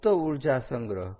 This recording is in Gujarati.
સૂપ્ત ઊર્જા સંગ્રહ